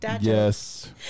yes